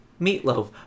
Meatloaf